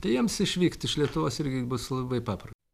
tai jiems išvykt iš lietuvos irgi bus labai papra